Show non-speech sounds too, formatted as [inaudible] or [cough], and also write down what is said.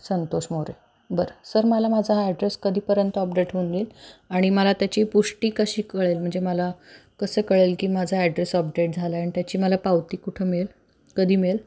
संतोष मोरे बरं सर मला माझा ॲड्रेस कधीपर्यंत अपडेट होऊन [unintelligible] आणि मला त्याची पुष्टी कशी कळेल म्हणजे मला कसं कळेल की माझा ॲड्रेस अपडेट झाला आहे आणि त्याची मला पावती कुठं मिळेल कधी मिळेल